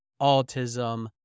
autism